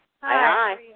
Hi